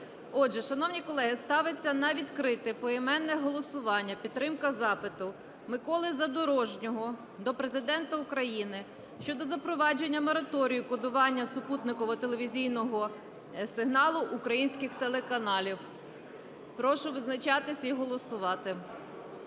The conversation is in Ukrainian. Отже, шановні колеги, ставиться на відкрите поіменне голосування підтримка запиту Миколи Задорожнього до Президента України щодо запровадження мораторію кодування супутникового телевізійного сигналу українських телеканалів. Прошу визначатися та голосувати.